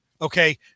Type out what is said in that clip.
Okay